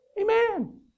Amen